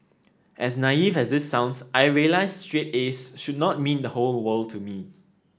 as naive as this sounds I realised straight as should not mean the whole world to me